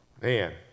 Man